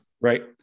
right